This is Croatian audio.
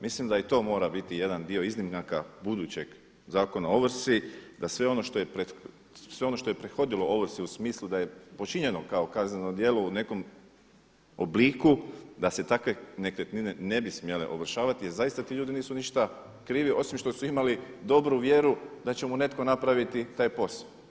Mislim da i to mora biti jedan dio iznimaka budućeg Zakona o ovrsi da sve ono što je prethodilo ovrsi u smislu da je počinjeno kao kazneno djelo u nekom obliku da se takve nekretnine ne bi smjele ovršavati jer zaista ti ljudi nisu ništa krivi osim što su imali dobru vjeru da će mu netko napraviti taj posao.